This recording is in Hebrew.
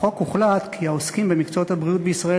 בחוק הוחלט כי העוסקים במקצועות הבריאות בישראל,